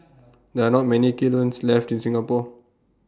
there are not many kilns left in Singapore